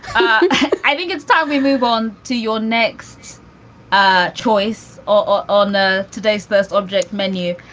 i think it's time we move on to your next ah choice. or on the today space object menu.